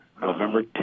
November